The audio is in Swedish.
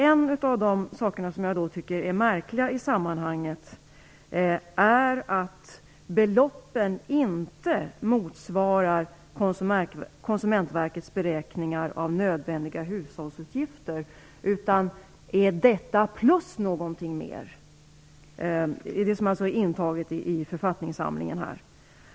En av de saker som jag tycker är märklig i sammanhanget är att de belopp som redovisas i författningssamlingen inte motsvarar Konsumentverkets beräkningar av nödvändiga hushållsutgifter utan motsvarar dessa utgifter plus någonting mer.